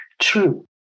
true